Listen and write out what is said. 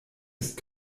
ist